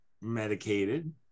medicated